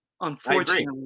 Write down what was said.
unfortunately